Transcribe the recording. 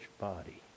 body